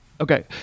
Okay